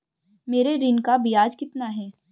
मेरे ऋण का ब्याज कितना है?